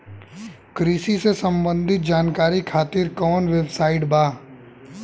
कृषि से संबंधित जानकारी खातिर कवन वेबसाइट बा?